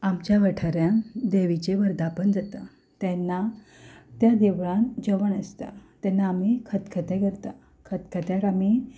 आमच्या वाठारांत देवीचें वर्दापन जाता तेन्ना त्या देवळान जेवण आसता तेन्ना आमी खतखतें करता खतखत्यान आमी